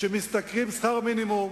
שמשתכרים שכר מינימום